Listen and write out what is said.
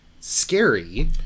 scary